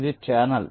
ఇది ఛానెల్